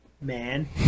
man